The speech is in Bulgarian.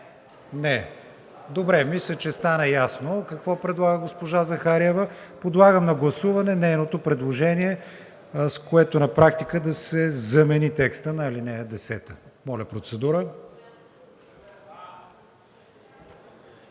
Не. Мисля, че стана ясно какво предлага госпожа Захариева. Подлагам на гласуване нейното предложение, с което на практика да се замени текстът на ал. 10. Гласували